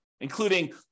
including